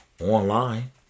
online